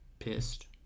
pissed